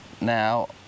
now